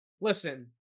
Listen